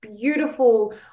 beautiful